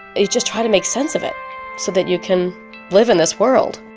you just try to make sense of it so that you can live in this world